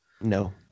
no